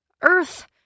Earth